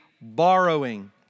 borrowing